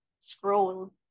scroll